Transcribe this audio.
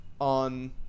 on